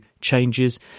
changes